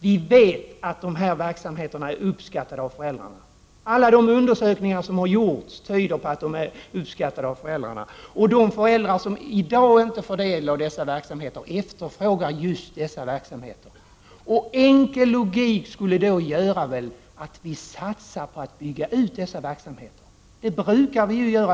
Vi vet att dessa verksamheter är uppskattade av föräldrarna, detta tyder alla undersökningar som har gjorts på. De föräldrar som i dag inte får del av dessa verksamheter efterfrågar just dem. Enkel logik skulle väl då göra att vi satsade på att bygga ut dessa verksamheter. Det brukar vi ju göra.